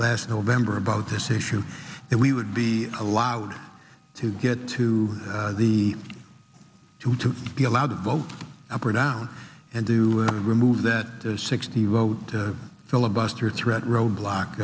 last november about this issue that we would be allowed to get to the who to be allowed to vote up or down and do remove that sixty vote filibuster threat roadblock